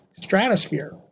stratosphere